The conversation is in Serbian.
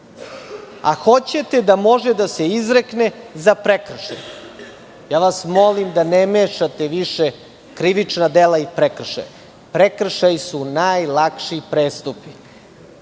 a hoćete da može da se izrekne za prekršaj. Molim vas da ne mešate više krivična dela i prekršaje. Prekršaji su najlakši